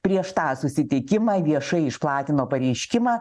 prieš tą susitikimą viešai išplatino pareiškimą